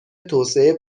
توسعه